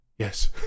Yes